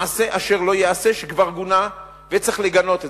מעשה אשר לא ייעשה, שכבר גינו וצריך לגנות אותו.